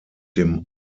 dem